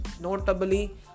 notably